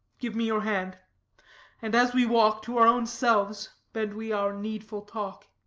give me your hand and, as we walk, to our own selves bend we our needful talk.